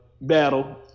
battle